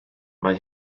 mae